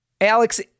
Alex